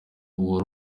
uwa